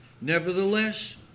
Nevertheless